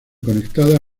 conectada